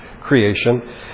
creation